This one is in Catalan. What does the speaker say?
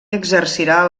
exercirà